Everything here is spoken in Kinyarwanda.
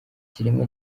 kiremwa